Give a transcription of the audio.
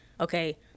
okay